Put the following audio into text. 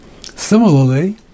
Similarly